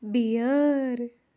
بِیٲر